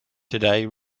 today